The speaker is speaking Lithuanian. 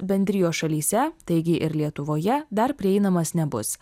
bendrijos šalyse taigi ir lietuvoje dar prieinamas nebus